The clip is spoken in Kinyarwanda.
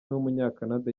w’umunyakanada